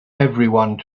everyone